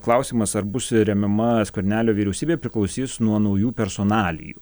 klausimas ar bus remiama skvernelio vyriausybė priklausys nuo naujų personalijų